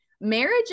marriage